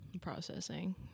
processing